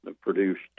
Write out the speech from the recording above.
produced